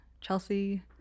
Chelsea